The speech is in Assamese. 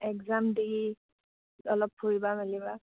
এগজাম দি অলপ ফুৰিবা মেলিবা